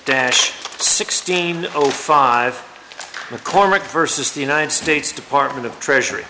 dash sixteen zero five mccormick versus the united states department of treasury